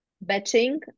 Batching